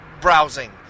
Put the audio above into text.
browsing